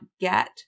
get